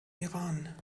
iran